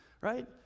right